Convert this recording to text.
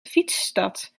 fietsstad